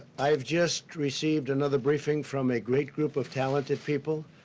i have just received another briefing from a great group of talented people